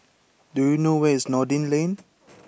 do you know where is Noordin Lane